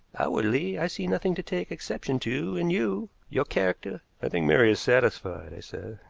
outwardly, i see nothing to take exception to in you. your character i think mary is satisfied, i said.